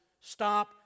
Stop